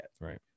Right